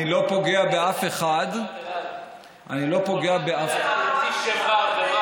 אני לא פוגע באף אחד, אתה מוציא שם רע.